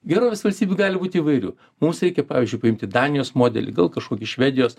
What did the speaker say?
gerovės valstybių gali būti įvairių mums reikia pavyzdžiui paimti danijos modelį gal kažkokį švedijos